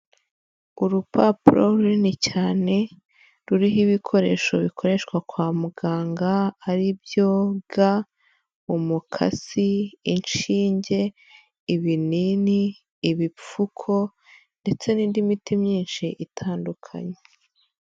Urupapuro runini cyane ruriho ibikoresho bikoreshwa kwa muganga ari byo: ga, umukasi, inshinge, ibinini, ibipfuko ndetse n'indi miti myinshi itandukanye.